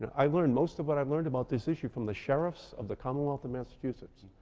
and i've learned most of what i've learned about this issue from the sheriffs of the commonwealth of massachusetts.